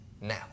now